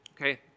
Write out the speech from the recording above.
Okay